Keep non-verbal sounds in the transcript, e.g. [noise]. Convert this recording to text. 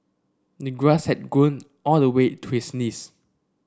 [unintelligible] grass had grown all the way to his knees